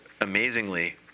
amazingly